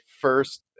first